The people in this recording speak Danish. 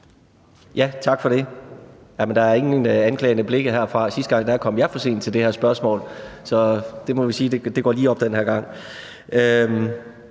Tak for det. Der er ingen anklagende blikke herfra. Sidste gang kom jeg for sent til et spørgsmål. Så vi må sige, at det går lige op den her gang.